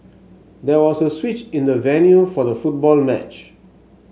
there was a switch in the venue for the football match